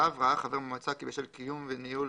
ראה חבר מועצה כי בשל קיום וניהול